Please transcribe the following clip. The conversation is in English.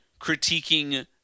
critiquing